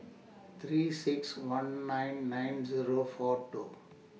three six one nine nine Zero four two